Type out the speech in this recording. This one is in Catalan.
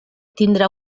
tindrà